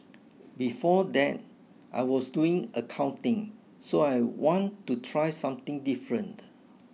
before that I was doing accounting so I want to try something different